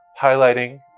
highlighting